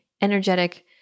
energetic